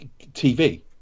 TV